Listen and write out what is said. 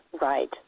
Right